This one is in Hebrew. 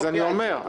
אני אומר,